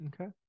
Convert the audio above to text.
Okay